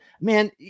Man